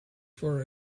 for